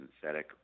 synthetic